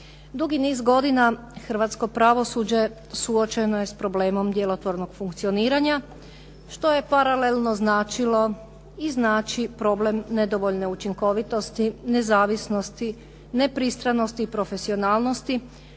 Dugi niz godina hrvatsko pravosuđe suočeno je s problemom djelotvornog funkcioniranja što je paralelno značilo i znači problem nedovoljne učinkovitosti, nezavisnosti, nepristranosti i profesionalnosti,